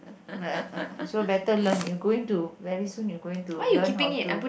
so better learn you going to very soon you going to learn how to